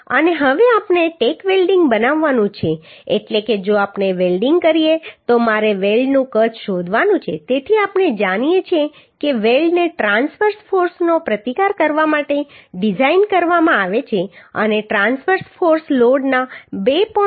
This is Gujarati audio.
અને હવે આપણે ટેક વેલ્ડીંગ બનાવવાનું છે એટલે કે જો આપણે વેલ્ડીંગ કરીએ તો મારે વેલ્ડનું કદ શોધવાનું છે તેથી આપણે જાણીએ છીએ કે વેલ્ડને ટ્રાંસવર્સ ફોર્સનો પ્રતિકાર કરવા માટે ડિઝાઇન કરવામાં આવે છે અને ટ્રાન્સવર્સ ફોર્સ લોડના 2